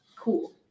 cool